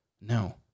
No